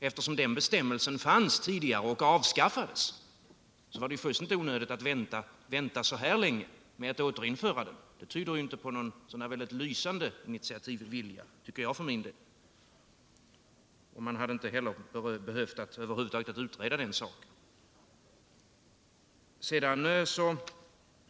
Denna bestämmelse fanns tidigare och avskaffades, och det var fullständigt onödigt att vänta så här länge med att återinföra den. Det tyder inte på någon särskilt lysande initiativvilja, tycker jag. Man hade inte heller behövt utreda den frågan över huvud taget.